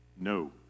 no